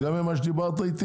לגבי מה שדיברת איתי